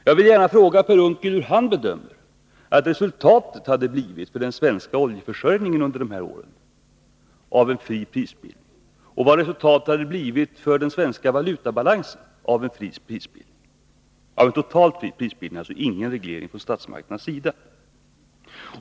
Jag vill gärna fråga Per Unckel hur han bedömer att resultatet hade blivit för den svenska oljeförsörjningen under de här åren och för den svenska valutabalansen av en totalt fri prisbildning, alltså ingen reglering från statsmakternas sida.